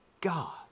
God